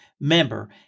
member